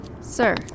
Sir